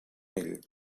ell